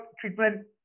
treatment